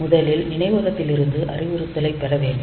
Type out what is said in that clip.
முதலில் நினைவகத்திலிருந்து அறிவுறுத்தலைப் பெற வேண்டும்